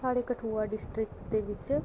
साढ़े कठुआ डिस्ट्रिक्ट दे बिच